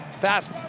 Fast